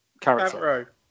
character